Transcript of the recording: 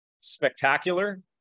spectacular